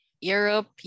Europe